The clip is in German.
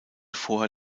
vorher